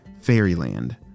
fairyland